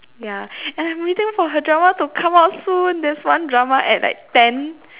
ya and I'm waiting for her drama to come out soon there's one drama at like ten